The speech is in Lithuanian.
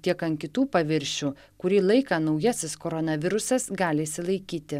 tiek ant kitų paviršių kurį laiką naujasis koronavirusas gali išsilaikyti